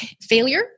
failure